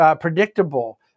predictable